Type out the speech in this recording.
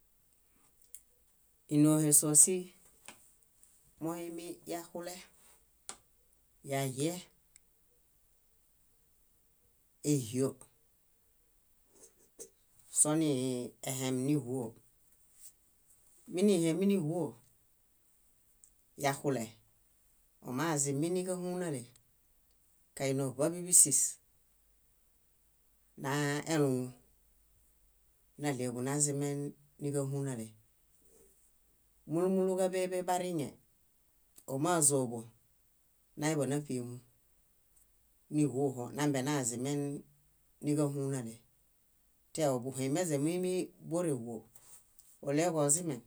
. Ínoohe sosi moimiyaxule, yahie, éhio soniiehem níĥuo. Míniheminiĥuo, yaxule ómaziminiġahunale, kainioḃa biḃisís naluŋu náɭeġu nazimen níġahunale. Múlu múlu káḃeḃe bariŋe, ómazoḃo, náeḃanaṗiimuniĥuho nambenaazimen níġahunale. Teoḃuhimeźebuimi bóreĥuo, óɭeġu ozimen,